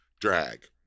drag